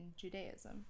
Judaism